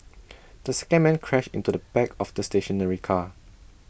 the second man crashed into the back of the stationary car